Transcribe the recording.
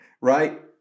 Right